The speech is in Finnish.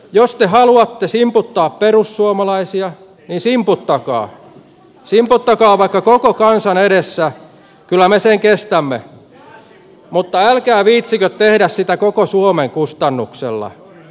jos te haluatte simputtaa perussuomalaisia niin simputtakaa simputtakaa vaikka koko kansan edessä kyllä me sen kestämme mutta älkää viitsikö tehdä sitä koko suomen kustannuksella